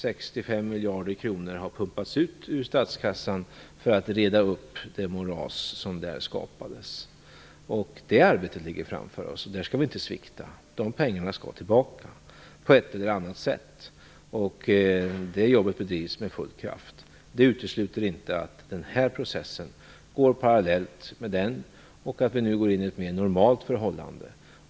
65 miljarder har pumpats ut ur statskassan för att rädda det moras som skapats. Det arbetet ligger framför oss. De pengarna skall tillbaka på ett eller annat sätt. Det arbetet bedrivs med full kraft. Det utesluter inte att den här processen går parallellt med den. Vi går nu in i ett mer normalt förhållande.